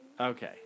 Okay